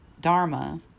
dharma